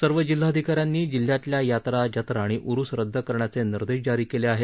सर्व जिल्हाधिका यांनी जिल्ह्यातल्या यात्रा जत्रा आणि उरुस रद्द करण्याचे निर्देश जारी केले आहेत